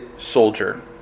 soldier